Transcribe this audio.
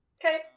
Okay